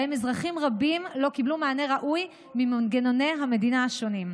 שבהן אזרחים רבים לא קיבלו מענה ראוי ממנגנוני המדינה השונים.